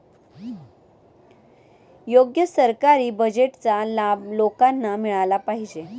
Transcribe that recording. योग्य सरकारी बजेटचा लाभ लोकांना मिळाला पाहिजे